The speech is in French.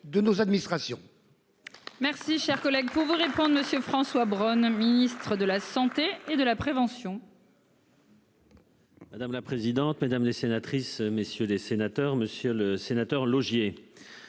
de nos administrations.--